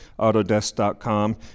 Autodesk.com